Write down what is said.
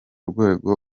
rwego